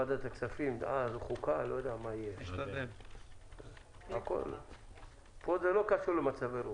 פה זה לא קשור למצבי רוח.